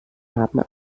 haben